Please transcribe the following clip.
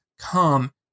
come